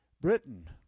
Britain